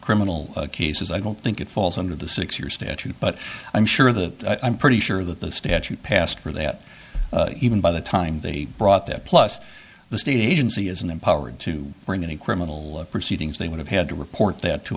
criminal cases i don't think it falls under the six year statute but i'm sure that i'm pretty sure that the statute passed for that even by the time they brought that plus the state agency isn't empowered to bring any criminal proceedings they would have had to report that to